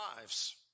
lives